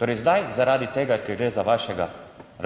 torej zdaj zaradi tega, ker gre za vašega